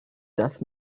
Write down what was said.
death